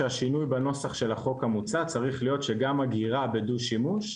שהשינוי בנוסח של החוק המוצע צריך להיות שגם אגירה בדו-שימוש,